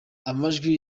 amajwi